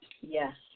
Yes